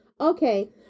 Okay